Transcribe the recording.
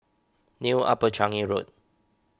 New Upper Changi Road